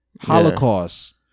holocaust